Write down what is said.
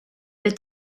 this